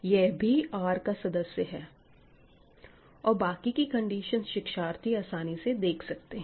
यह भी R का सदस्य है और बाकी की कंडीशन शिक्षार्थी आसानी से देख सकते हैं